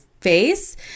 face